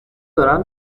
دارم